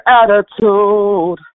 attitude